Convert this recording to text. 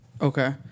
Okay